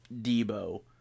Debo